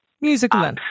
musical